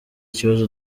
kibazo